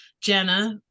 Jenna